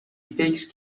فکر